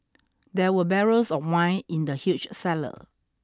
there were barrels of wine in the huge cellar